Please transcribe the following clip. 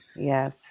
yes